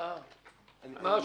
מה השוני?